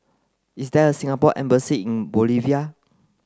is there a Singapore embassy in Bolivia